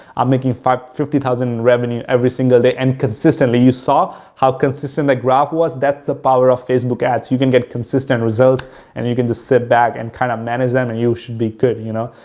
i'm making five, fifty thousand revenue every single day and consistently. you saw how consistent that graph was, that's the power of facebook ads. you can get consistent results and you can just sit back and kind of manage them and you should be good, you know?